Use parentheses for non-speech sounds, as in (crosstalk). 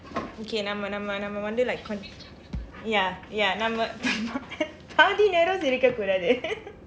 okay நம்ம நம்ம நம்ம வந்து:namma namma namma vandthu like ya ya நம்ம:namma (laughs) பாதி நேரம் சிரிக்க கூடாது:paathi neeram sirikka kuudaathu (laughs)